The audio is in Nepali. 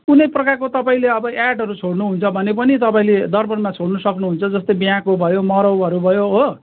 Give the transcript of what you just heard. कुनै प्रकारको तपाईँले अब एडहरू छोड्नुहुन्छ भने पनि तपाईँले दर्पणमा छोड्न सक्नुहुन्छ जस्तै बिहेको भयो मराउहरू भयो हो